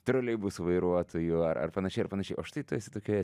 troleibusų vairuotoju ar ar panašiai ar panašiai o štai tu esi tokioje